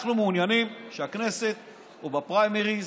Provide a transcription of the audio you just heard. אנחנו מעוניינים שבכנסת או בפריימריז,